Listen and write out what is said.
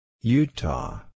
Utah